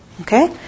Okay